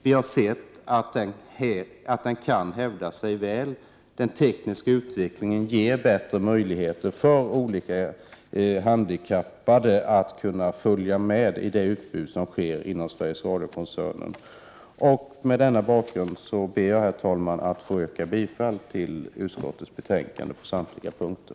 Vi har sett att den hävdar sig väl. Den tekniska utvecklingen ger bättre möjligheter för olika handikappade att följa med i Sveriges Radio-koncernens programutbud. Mot den bakgrunden ber jag, herr talman, att få yrka bifall till utskottets hemställan på samtliga punkter.